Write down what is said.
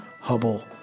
Hubble